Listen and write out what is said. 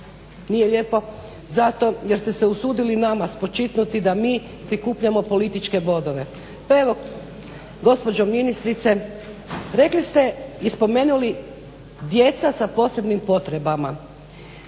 Nije lijepo zato jer ste se usudili nama spočitnuti da mi prikupljamo političke bodove. Pa evo gospođo ministrice, rekli ste i spomenuli djeca sa posebnim potrebama.